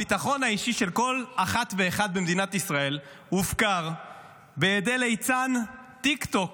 הביטחון האישי של כל אחת ואחד במדינת ישראל הופקר בידי ליצן טיקטוק,